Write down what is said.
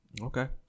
Okay